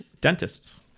dentists